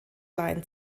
line